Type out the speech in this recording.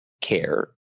care